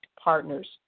Partners